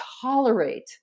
tolerate